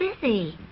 busy